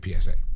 PSA